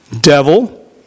Devil